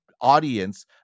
Audience